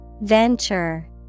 Venture